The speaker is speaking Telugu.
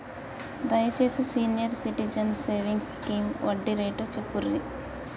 దయచేసి సీనియర్ సిటిజన్స్ సేవింగ్స్ స్కీమ్ వడ్డీ రేటు చెప్పుర్రి